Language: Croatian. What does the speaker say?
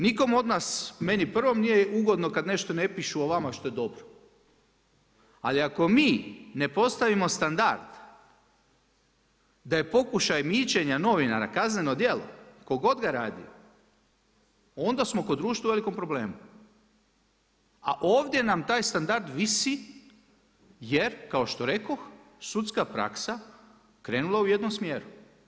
Nikom od nas, meni prvom nije ugodno kada nešto ne pišu o vama što je dobro, ali ako mi ne postavimo standard da je pokušaj mićenja novinara kazneno djelo tko god ga radio onda smo kao društvu u velikom problemu, a ovdje nam taj standard visi jer kao što rekoh sudska praksa krenula u jednom smjeru.